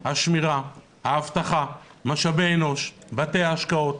השמירה, האבטחה, משאבי אנוש, בתי ההשקעות